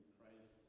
Christ